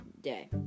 day